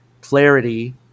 clarity